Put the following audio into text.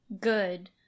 good